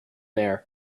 there